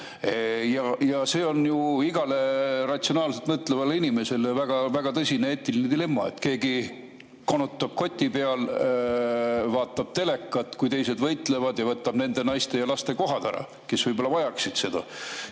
See on ju igale ratsionaalselt mõtlevale inimesele väga tõsine eetiline dilemma: keegi konutab koti peal ja vaatab telekat, samal ajal kui teised võitlevad, ning võtab ära naiste ja laste koha, aga nemad võib-olla vajaksid seda.